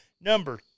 Number